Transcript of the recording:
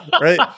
Right